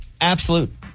absolute